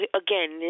again